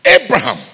Abraham